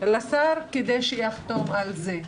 לשר כדי שהוא יחתום עליה.